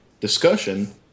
discussion